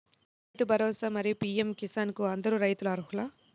రైతు భరోసా, మరియు పీ.ఎం కిసాన్ కు అందరు రైతులు అర్హులా?